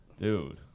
Dude